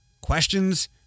questions